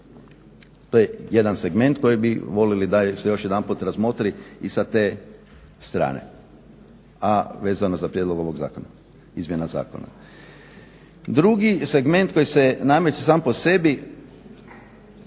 To je jedan segment kojeg bi voljeli da se još jedan put razmotri i sa te strane, a vezano za prijedlog izmjena ovog zakona. Drugi segment koji se nameće sam po sebi